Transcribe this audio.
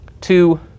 Two